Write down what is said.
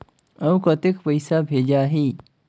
अउ कतेक पइसा भेजाही?